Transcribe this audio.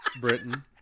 britain